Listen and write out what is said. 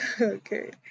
Okay